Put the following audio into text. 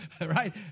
Right